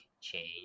change